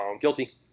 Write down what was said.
guilty